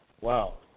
Wow